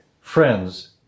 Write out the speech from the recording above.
Friends